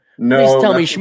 No